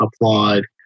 applaud